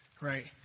right